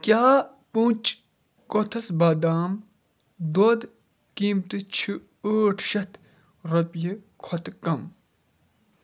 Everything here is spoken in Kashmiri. کیٛاہ پُنٛچ کوٚتھَس بادام دۄد قۭمتہِ چھُ ٲٹھ شتھ رۄپیہِ کھۄتہٕ کم